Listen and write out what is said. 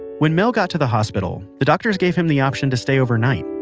when mel got to the hospital, the doctor's gave him the option to stay overnight.